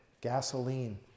gasoline